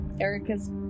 Erica's